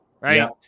right